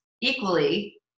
equally